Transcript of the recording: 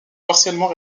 partiellement